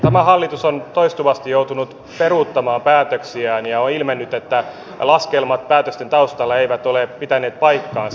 tämä hallitus on toistuvasti joutunut peruuttamaan päätöksiään ja on ilmennyt että laskelmat päätösten taustalla eivät ole pitäneet paikkaansa